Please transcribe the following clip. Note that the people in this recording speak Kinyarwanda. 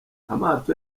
amato